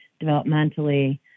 developmentally